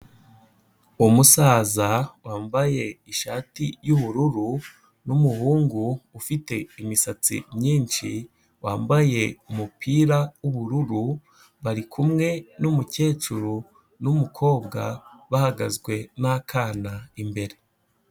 Umusaza wambaye ishati y'ubururu n'umuhungu ufite imisatsi myinshi, wambaye umupira w'ubururu, bari kumwe n'umukecuru n'umukobwa, bahagazwe n'akana imbere.